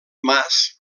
mas